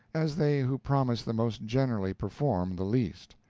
as they who promise the most generally perform the least.